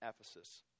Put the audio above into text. Ephesus